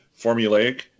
formulaic